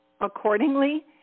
accordingly